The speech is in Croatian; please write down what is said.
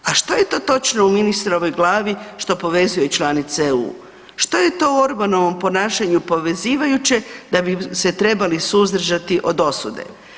A što je to točno u ministrovoj glavi što povezuje članice EU? što je to u Orbanovom ponašanju povezivajuće da bi se trebali suzdržati od osude?